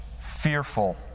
fearful